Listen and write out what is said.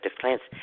plants